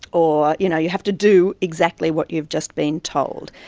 or you know you have to do exactly what you've just been told.